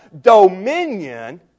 dominion